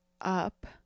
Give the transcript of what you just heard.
up